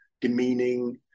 demeaning